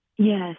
Yes